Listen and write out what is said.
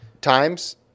times